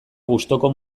gustuko